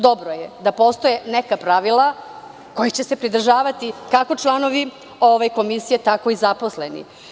Dobro je da postoje neka pravila kojih će se pridržavati kako članovi ove komisije, tako i zaposleni.